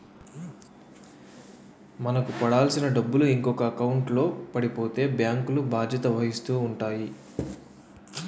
మనకు పడాల్సిన డబ్బులు ఇంకొక ఎకౌంట్లో పడిపోతే బ్యాంకులు బాధ్యత వహిస్తూ ఉంటాయి